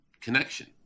connection